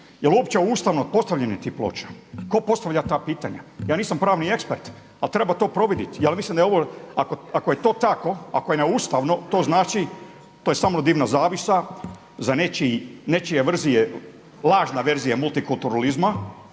Jel uopće ustavno postavljanje tih ploča? Tko postavlja ta pitanja? Ja nisam pravni ekspert ali treba to providiti. Ja mislim da je ovo ako je to tako ako je neustavno znači to je samo dimna zavjesa za nečije verzije lažne multikulturalizma,